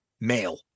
male